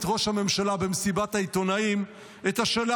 את ראש הממשלה במסיבת העיתונאים את השאלה